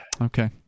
okay